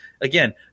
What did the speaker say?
again